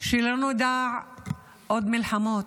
שלא נדע עוד מלחמות,